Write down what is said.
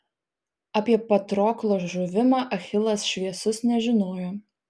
apie patroklo žuvimą achilas šviesus nežinojo